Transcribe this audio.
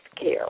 care